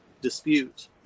dispute